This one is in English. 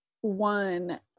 one